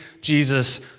Jesus